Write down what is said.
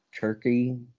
Turkey